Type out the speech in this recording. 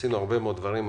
עשינו הרבה מאוד דברים.